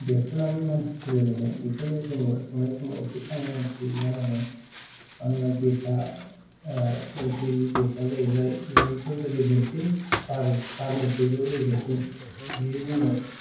बेरफुनानै मान्सि थैलाय लायनाय बेखौनो जोंङो संनाय समाव सांग्रांथि जानांगोन मानोहोनोबा गेसआ एल पि जि गेसआ जाहैबाय बयनिख्रुइबो रेजेंसिन बार बारनिफ्रायबो रेजेंसिन गेस बियो जोंनो